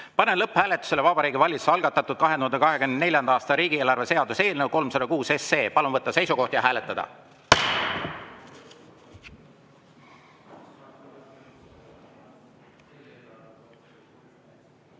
Panen lõpphääletusele Vabariigi Valitsuse algatatud 2024. aasta riigieelarve seaduse eelnõu 306. Palun võtta seisukoht ja hääletada!